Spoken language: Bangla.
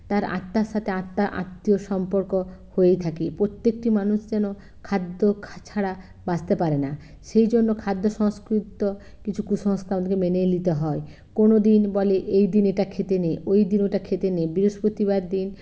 তার আত্মার সাথে আত্মার আত্মীয়র সম্পর্ক হয়েই থাকে প্রত্যেকটি মানুষ যেন খাদ্য ছাড়া বাঁচতে পারে না সেই জন্য খাদ্য সংক্রান্ত কিছু কুসংস্কার আমাদেরকে মেনেই নিতে হয় কোনো দিন বলে এই দিন এটা খেতে নেই ওই দিন ওটা খেতে নেই বৃহস্পতিবার দিন